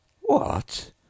What